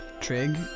Trig